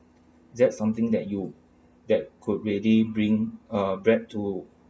that's something that you that could ready bring uh bread to